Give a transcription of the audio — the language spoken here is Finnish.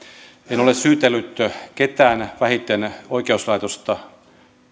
en ole syytellyt ketään vähiten oikeuslaitosta